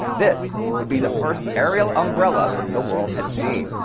this would be the first aerial umbrella the world had seen.